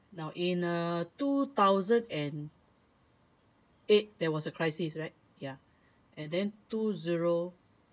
now in uh uh two thousand and eight there was a crisis right ya and then two zero two thousand eight ya two